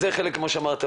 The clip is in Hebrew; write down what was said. כפי שאמרת,